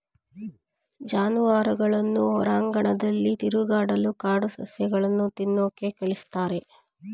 ಜಾನುವಾರುಗಳನ್ನ ಹೊರಾಂಗಣದಲ್ಲಿ ತಿರುಗಾಡಲು ಕಾಡು ಸಸ್ಯಗಳನ್ನು ತಿನ್ನೋಕೆ ಕಳಿಸ್ತಾರೆ